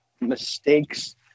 mistakes